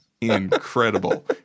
incredible